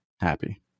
happy